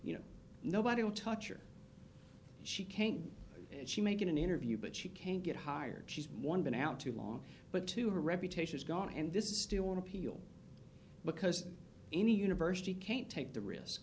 you know nobody will touch or she can't she may get an interview but she can't get hired she's one been out too long but two her reputation is gone and this is still an appeal because any university can't take the risk